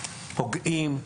פוגעים,